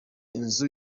inzu